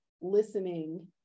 listening